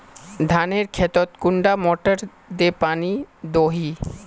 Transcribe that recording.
धानेर खेतोत कुंडा मोटर दे पानी दोही?